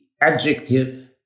adjective